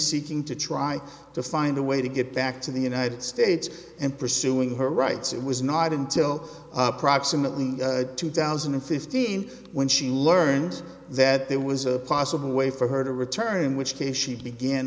seeking to try to find a way to get back to the united states and pursuing her rights it was not until proximately two thousand and fifteen when she learned that there was a possible way for her to return in which case